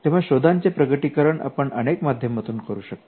तेव्हा शोधांचे प्रकटीकरण आपण अनेक माध्यमांमधून करू शकतो